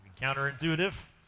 counterintuitive